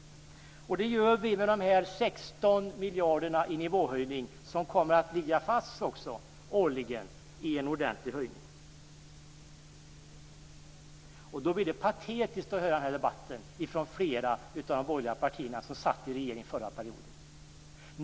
Det gör vi med de 16 miljarderna, som kommer att ligga fast under kommande år i en ordentlig höjning. Då blir det patetiskt att i debatten höra talare från flera av de borgerliga partier som satt i regeringen under förra perioden.